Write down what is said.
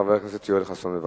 חבר הכנסת יואל חסון, בבקשה.